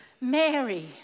Mary